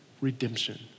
redemption